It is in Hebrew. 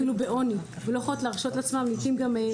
אפילו בעוני ולא יכולות אפילו להרשות לעצמן סיוע.